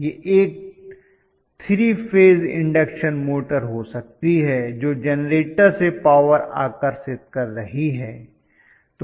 यह एक 3 phase induction motor हो सकती है जो जेनरेटर से पावर आकर्षित कर रही है